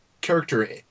character